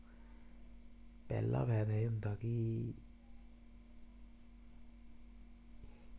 पैह्ला म्हाराज एह् होंदा कीऽ